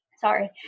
sorry